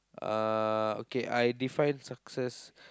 uh okay I define success